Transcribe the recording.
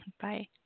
Bye